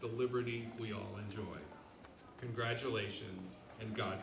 the liberty we all enjoy congratulation and go